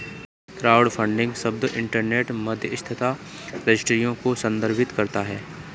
crowdfunding शब्द internet मध्यस्थता रजिस्ट्रियों को संदर्भित करता है